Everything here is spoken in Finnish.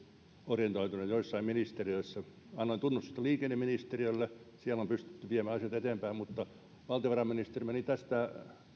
orientoituneita joissain ministeriöissä annoin tunnustusta liikenneministeriölle siellä on pystytty viemään asioita eteenpäin mutta valtiovarainministeriö meni tästä